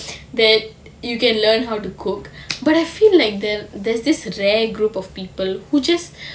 that you can learn how to cook but I feel like there there's this rare group of people who just